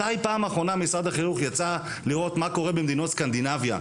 מתי בפעם האחרונה משרד החינוך יצא לראות מה קורה במדינות סקנדינביה?